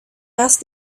asked